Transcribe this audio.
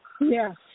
Yes